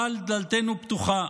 אבל דלתנו פתוחה,